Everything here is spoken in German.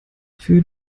für